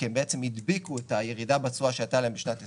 כי הן בעצם הדביקו את הירידה בתשואה שהייתה להם בשנת 20',